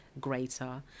greater